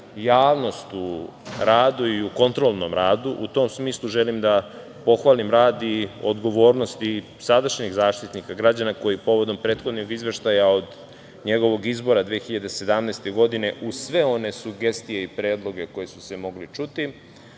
javnost u radu i u kontrolnom radu. U tom smislu želim da pohvalim rad i odgovornost sadašnjeg Zaštitnika građana koji povodom prethodnog izveštaja od njegovog izbora 2017. godine, uz sve one sugestije i predloge koji su se mogli čuti,